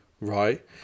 right